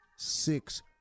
six